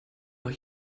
noch